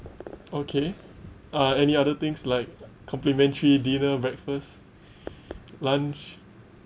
okay uh any other things like complementary dinner breakfast lunch